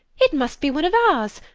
it must be one of ours.